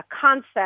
concept